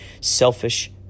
selfish